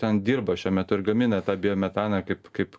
ten dirba šiuo metu ir gamina tą biometaną kaip kaip